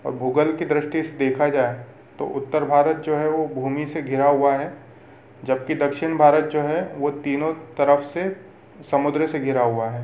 और भूगोल की दृष्टि से देखा जाए तो उत्तर भारत जो है वो भूमि से घिरा हुआ है जबकि दक्षिण भारत जो है वो तीनों तरफ से समुद्र से घिरा हुआ है